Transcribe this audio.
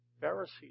Pharisees